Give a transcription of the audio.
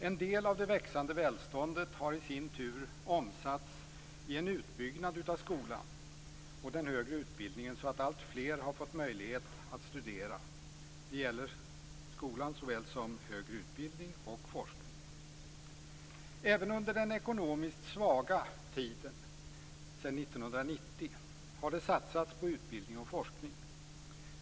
En del av det växande välståndet har i sin tur omsatts i en utbyggnad av skolan och den högre utbildningen så att alltfler har fått möjlighet att studera. Det gäller skola såväl som högre utbildning och forskning. Även under den ekonomiskt svaga tiden sedan 1990 har det satsats på utbildning och forskning.